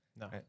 No